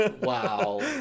Wow